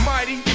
Mighty